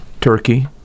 Turkey